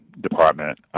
department